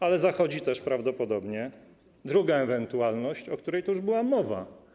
Ale zachodzi też prawdopodobnie druga ewentualność, o której tu już była mowa.